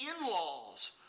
in-laws